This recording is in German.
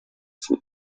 vom